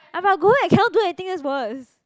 ah but I go home I cannot do anything that's worse